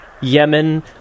Yemen